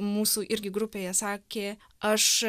mūsų irgi grupėje sakė aš